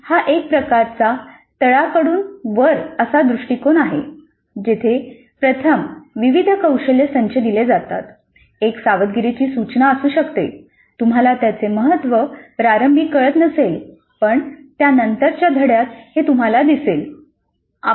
हा एक प्रकारचा तळाकडून वर असा दृष्टीकोन आहे जिथे प्रथम विविध कौशल्य संच दिले जातात एक सावधगिरीची सूचना असू शकते "तुम्हाला त्याचे महत्त्व प्रारंभी कळत नसेल पण त्यानंतरच्या धड्यात हे तुम्हाला दिसेल"